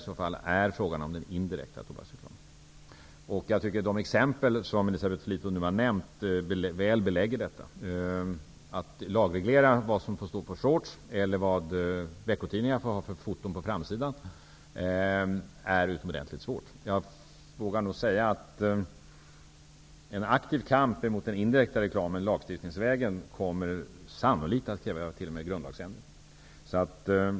Jag tycker att de exempel som Elisabeth Fleetwood har nämnt väl belägger detta. Att lagreglera vad som får stå på shorts eller vad veckotidningar får ha för foton på framsidan är utomordentligt svårt. Jag vågar nog säga att en aktiv kamp mot den indirekta reklamen lagstiftningsvägen sannolikt även kommer att kräva grundlagsändringar.